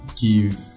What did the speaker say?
give